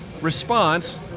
response